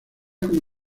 como